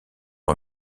eux